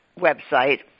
website